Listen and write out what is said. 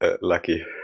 Lucky